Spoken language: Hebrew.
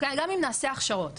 גם אם נעשה הכשרות,